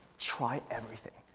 try everything,